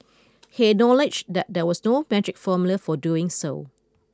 he acknowledged that there was no magic formula for doing so